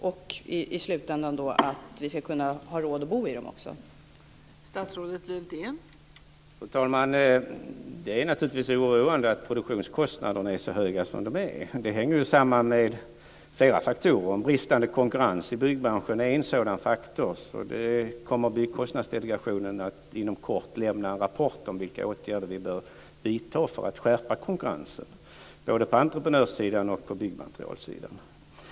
Vi måste ju ha råd att bo i dem också i slutändan.